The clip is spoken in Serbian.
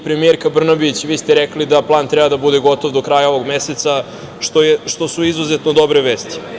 Premijerko Brnabić, vi ste rekli da plan treba da bude gotov do kraja ovog meseca, što su izuzetno dobro vesti.